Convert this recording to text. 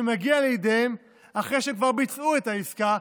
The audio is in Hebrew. שמגיע לידיהם אחרי שכבר ביצעו את העסקה,